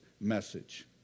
message